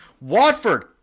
Watford